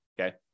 Okay